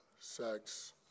sex